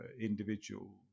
individual